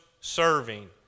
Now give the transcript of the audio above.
serving